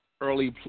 early